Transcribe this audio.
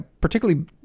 particularly